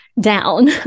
Down